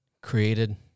created